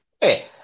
Hey